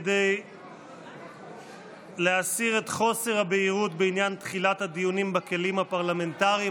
כדי להסיר את חוסר הבהירות בעניין תחילת הדיונים בכלים הפרלמנטריים,